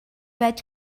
veig